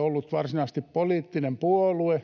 ollut varsinaisesti poliittinen puolue,